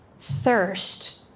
thirst